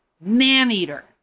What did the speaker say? man-eater